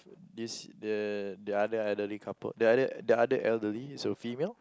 is the the other elderly couple the other the other elderly is a female